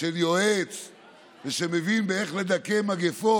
אין בו הדבקות,